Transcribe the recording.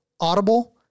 Audible